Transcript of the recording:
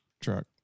truck